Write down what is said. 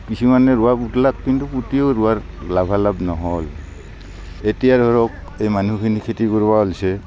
কিছুমানে ৰোৱাবিলাক কিন্তু পোটিও ৰোৱাৰ লাভালাভ নহ'ল এতিয়া ধৰক এই মানুহখিনি খেতি কৰিব ওলাইছে